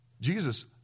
Jesus